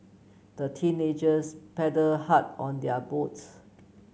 the teenagers paddled hard on their boat